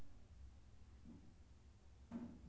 अत्यधिक निवेश शेयरधारक केर सर्वोत्तम हित मे नहि होइत छैक